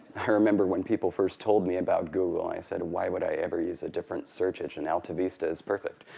i remember when people first told me about google, and i said why would i ever use a different search engine? alta vista is perfect.